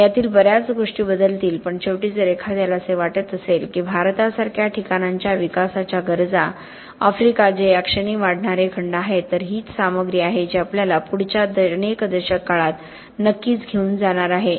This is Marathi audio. आणि यातील बर्याच गोष्टी बदलतील पण शेवटी जर एखाद्याला असे वाटत असेल की भारतासारख्या ठिकाणांच्या विकासाच्या गरजा आफ्रिका जे या क्षणी वाढणारे खंड आहेत तर हीच सामग्री आहे जी आपल्याला पुढच्या अनेक दशक काळात नक्कीच घेऊन जाणार आहे